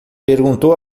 perguntou